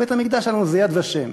בית-המקדש שלנו זה "יד ושם".